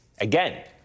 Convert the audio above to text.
Again